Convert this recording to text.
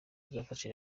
bazafasha